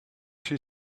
she